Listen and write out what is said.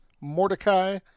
Mordecai